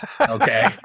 Okay